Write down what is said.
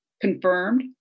confirmed